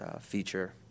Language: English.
feature